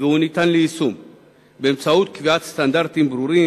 והוא ניתן ליישום באמצעות קביעת סטנדרטים ברורים